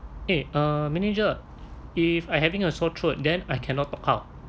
eh uh manager if I having a sore throat then I cannot talk out